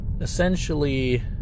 essentially